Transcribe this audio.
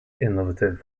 innovative